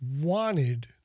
wanted